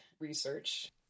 research